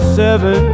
seven